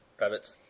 Rabbits